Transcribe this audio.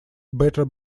better